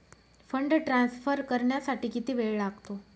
Fund transfer करण्यासाठी किती वेळ लागतो?